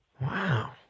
Wow